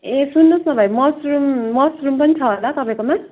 ए सुन्नुहोस् न भाइ मसरुम मसरुम पनि छ होला तपाईँकोमा